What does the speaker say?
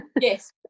yes